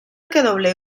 que